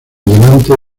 delante